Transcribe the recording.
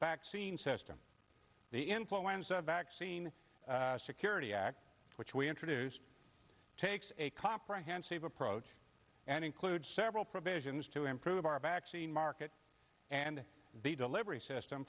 vaccine system the influenza vaccine security act which we introduced takes a comprehensive approach and includes several provisions to improve our vaccine market and the delivery system